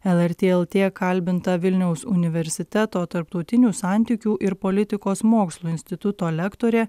lrt lt kalbinta vilniaus universiteto tarptautinių santykių ir politikos mokslų instituto lektorė